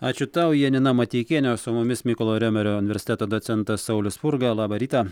ačiū tau janina mateikienė o su mumis mykolo riomerio universiteto docentas saulius spurga labą rytą